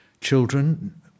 children